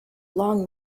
long